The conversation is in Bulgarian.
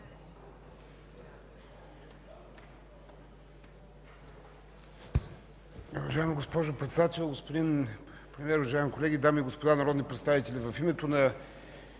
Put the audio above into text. Уважаема госпожо Председател, господин Премиер, уважаеми колеги, дами и господа народни представители! В името на